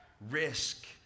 risk